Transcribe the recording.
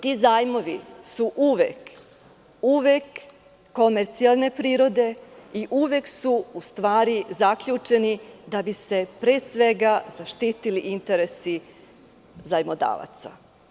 Ti zajmovi su uvek komercijalne prirode i uvek su u stvari zaključeni da bi se pre svega zaštitili interesi zajmodavaca.